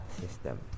system